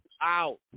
out